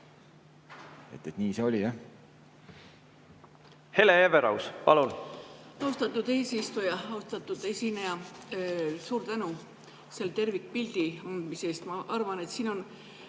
Hele Everaus, palun!